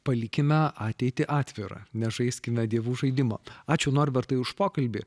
palikime ateitį atvirą nežaiskime dievų žaidimo ačiū norbertai už pokalbį